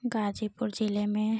गाजीपुर ज़िले में